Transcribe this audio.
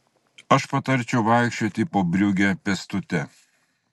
aš patarčiau vaikščioti po briugę pėstute